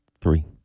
Three